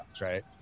right